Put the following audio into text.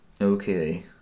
Okay